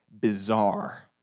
bizarre